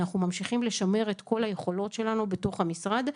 אנחנו ממשיכים לשמר את כל היכולות שלנו בתוך המשרד,